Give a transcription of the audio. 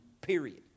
period